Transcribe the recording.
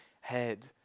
head